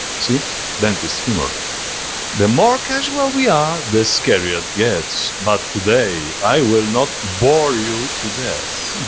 see dentist's humor the more casual we are the scarier it gets, but today i will not bore you to death,